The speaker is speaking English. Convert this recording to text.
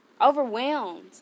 overwhelmed